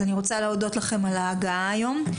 אז אני רוצה להודות לכם על ההגעה היום.